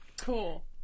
cool